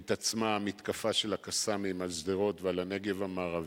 והתעצמה המתקפה של ה"קסאמים" על שדרות ועל הנגב המערבי,